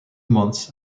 months